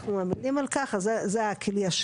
אנחנו מקדמים בברכה את